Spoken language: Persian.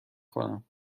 کنم